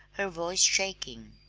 her voice shaking.